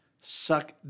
suck